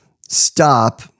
stop